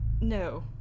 No